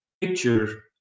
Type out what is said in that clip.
picture